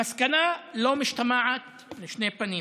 המסקנה אינה משתמעת לשתי פנים: